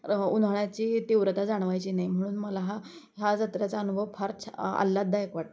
उन्हाळ्याची तीव्रता जाणवायची नाही म्हणून मला हा हा जत्रेचा अनुभव फार छा आल्हाददायक वाटतो